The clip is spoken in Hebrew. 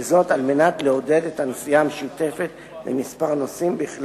וזאת על מנת לעודד את הנסיעה המשותפת לכמה נוסעים בכלי